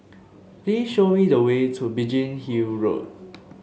please show me the way to Biggin Hill Road